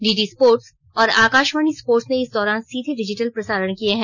DD sports और Akashvani sports ने इस दौरान सीधे डिजिटल प्रसारण किये हैं